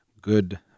good